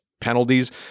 penalties